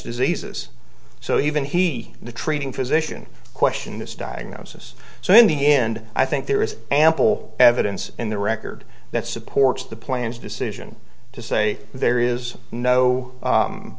diseases so even he the treating physician question this diagnosis so in the end i think there is ample evidence in the record that supports the plans decision to say there is no